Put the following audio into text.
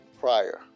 prior